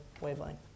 wavelength